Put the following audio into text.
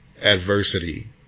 adversity